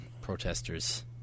protesters